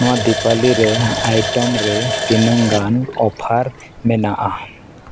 ᱱᱚᱣᱟ ᱫᱤᱯᱟᱞᱤ ᱨᱮ ᱟᱭᱴᱮᱢ ᱨᱮ ᱛᱤᱱᱟᱹᱝ ᱜᱟᱱ ᱚᱯᱷᱟᱨ ᱢᱮᱱᱟᱜᱼᱟ